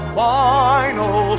final